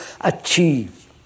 achieve